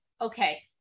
okay